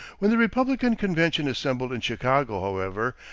when the republican convention assembled in chicago, however,